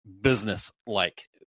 business-like